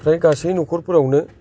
फ्राय गासै न'खरफोरावनो